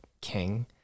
king